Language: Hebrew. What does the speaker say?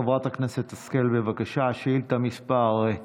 חברת הכנסת השכל, בבקשה, שאילתה מס' 100,